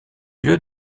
lieu